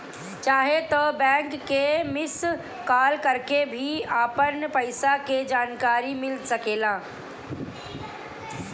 चाहे त बैंक के मिस कॉल करके भी अपन पईसा के जानकारी मिल सकेला